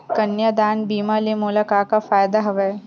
कन्यादान बीमा ले मोला का का फ़ायदा हवय?